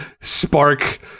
spark